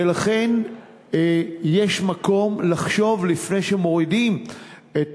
ולכן יש מקום לחשוב לפני שמורידים את